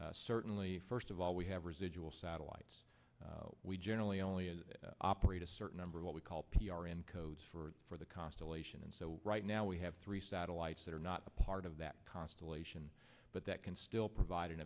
at certainly first of all we have residual satellites we generally only operate a certain number of what we call p r n codes for for the constellation and so right now we have three satellites that are not part of that constellation but that can still provid